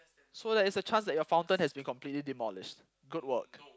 so there is a chance that your fountain has been completely demolished good work